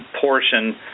portion